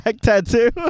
Tattoo